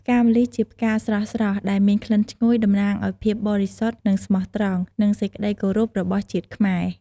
ផ្កាម្លិះជាផ្កាស្រស់ៗដែលមានក្លិនឈ្ងុយ តំណាងឲ្យភាពបរិសុទ្ធ និងស្មោះត្រង់ និងសេចក្ដីគោរពរបស់ជាតិខ្មែរ។